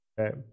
Okay